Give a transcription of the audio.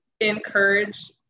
encourage